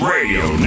Radio